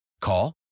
Call